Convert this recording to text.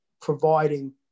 providing